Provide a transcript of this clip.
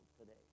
today